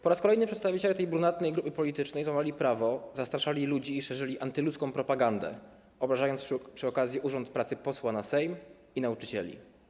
Po raz kolejny przedstawiciele tej brunatnej grupy politycznej złamali prawo, zastraszali ludzi i szerzyli antyludzką propagandę, obrażając przy okazji urząd pracy posła na Sejm i nauczycieli.